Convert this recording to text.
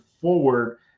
forward